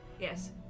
Yes